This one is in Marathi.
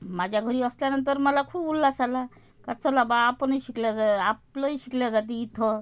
माझ्या घरी असल्यानंतर मला खूप उल्हास आला का चला बा आपणही शिकला जा आपलंही शिकलं जातं इथं